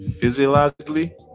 physiologically